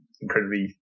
incredibly